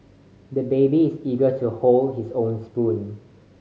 the baby is eager to hold his own spoon